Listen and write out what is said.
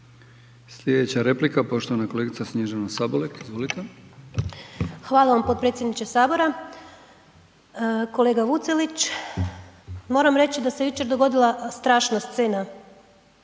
Sljedeća replika poštovana kolegica Snježana Sabolek. Izvolite. **Sabolek, Snježana (Živi zid)** Hvala vam potpredsjedniče Sabora. Kolega Vucelić, moram reći da se jučer dogodila strašna scena,